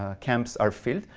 ah camps are filled.